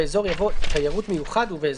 אחרי "באזור" יבוא "תיירות מיוחד ובאזור".